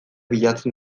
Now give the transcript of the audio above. bilatzen